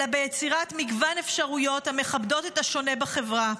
אלא ביצירת מגוון אפשרויות המכבדות את השונה בחברה.